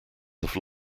have